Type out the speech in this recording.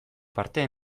parte